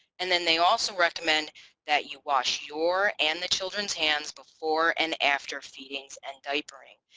and then they also recommend that you wash your and the children's hands before and after feedings and diapering.